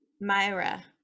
Myra